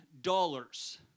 dollars